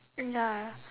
ya